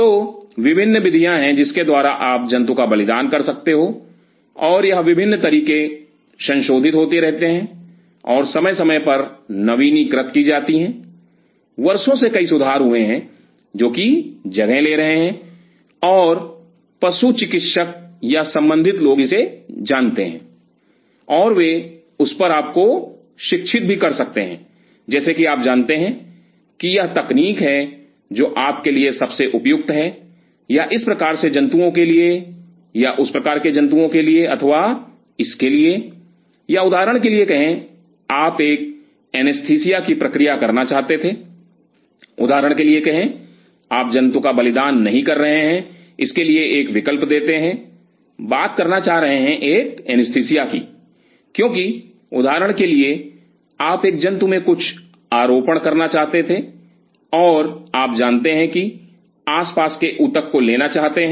तो विभिन्न विधियां हैं जिनके द्वारा आप जंतु का बलिदान कर सकते हो और यह विभिन्न तकनीके संशोधित होती रहती हैं और समय समय पर नवीनीकृत की जाती हैं वर्षों से कई सुधार हुए हैं जो कि जगह ले रहे हैं और पशु चिकित्सक या संबंधित लोग इसे जानते हैं और वे उस पर आपको शिक्षित कर सकते हैं जैसे कि आप जानते हैं कि यह तकनीक है जो आपके लिए सबसे उपयुक्त है या इस प्रकार के जंतुओं के लिए या उस प्रकार के जंतुओं के लिए अथवा इसके लिए या उदाहरण के लिए कहें आप एक एनेस्थीसिया की प्रक्रिया करना चाहते थे उदाहरण के लिए कहे आप जंतु का बलिदान नहीं कर रहे हैं इसके लिए एक विकल्प देते हैं बात करना चाह रहे हैं एक एनेस्थीसिया क्योंकि उदाहरण के लिए आप एक जंतु में कुछ आरोपण करना चाहते थे और आप जानते हैं कि आप आसपास के ऊतक को लेना चाहते हैं